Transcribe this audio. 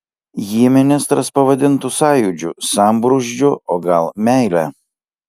jį ministras pavadintų sąjūdžiu sambrūzdžiu o gal meile